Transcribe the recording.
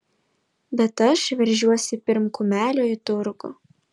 bet aš veržiuosi pirm kumelio į turgų